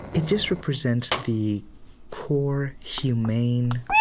it just represents the core humane,